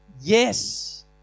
Yes